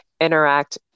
interact